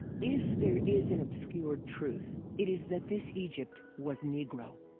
if there is an obscured truth, it is that this egypt was negro.